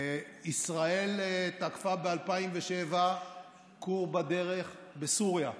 ישראל תקפה ב-2007 כור בסוריה.